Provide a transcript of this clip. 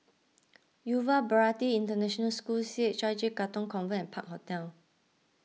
Yuva Bharati International School C H I J Katong Convent and Park Hotel